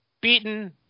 beaten